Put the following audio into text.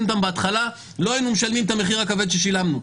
אותם בהתחלה לא היינו משלמים את המחיר הכבד ששילמנו,